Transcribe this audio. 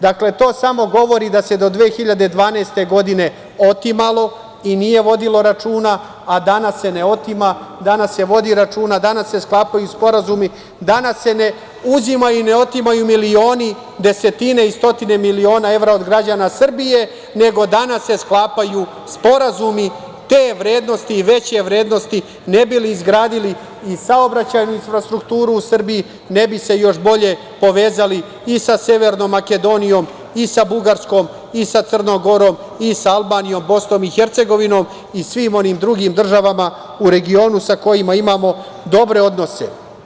Dakle, to samo govori da se do 2012. godine otimalo i nije vodilo računa, a danas se ne otima, danas se vodi računa, danas se sklapaju sporazumi, danas se uzimaju i otimaju milioni, desetine i stotine miliona evra od građana Srbije, nego danas se sklapaju sporazumi te vrednosti i veće vrednosti ne bi li izgradili i saobraćajnu infrastrukturu u Srbiji, ne bi se još bolje povezali i sa Severnom Makedonijom i sa Bugarskom i sa Crnom Gorom i sa Albanijom, Bosnom i Hercegovinom i svim onim drugim državama u regionu sa kojima imamo dobre odnose.